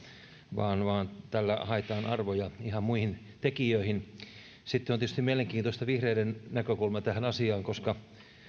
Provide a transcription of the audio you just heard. vaan vaan tällä haetaan arvoja ihan muihin tekijöihin sitten on tietysti mielenkiintoista vihreiden näkökulma tähän asiaan koska